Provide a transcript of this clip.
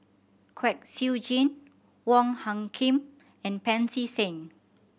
Kwek Siew Jin Wong Hung Khim and Pancy Seng